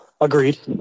Agreed